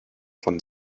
von